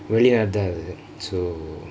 வெளிநாடு தான் அது:velinaadu thaan athu so